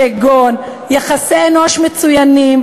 כגון יחסי אנוש מצוינים,